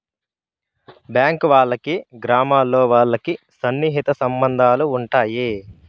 bank వాళ్ళకి గ్రామాల్లో వాళ్ళకి సన్నిహిత సంబంధాలు ఉంటాయి